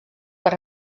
per